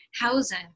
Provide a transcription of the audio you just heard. housing